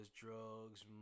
drugs